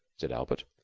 said albert.